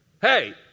Hey